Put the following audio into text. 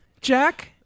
jack